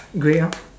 grey lor